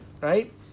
right